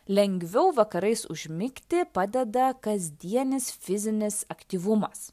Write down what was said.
lengviau vakarais užmigti padeda kasdienis fizinis aktyvumas